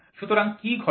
সুতরাং কি ঘটে